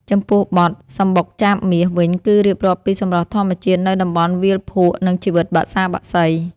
ចំពោះបទ «សំបុកចាបមាស» វិញ គឺរៀបរាប់ពីសម្រស់ធម្មជាតិនៅតំបន់វាលភក់ និងជីវិតបក្សាបក្សី។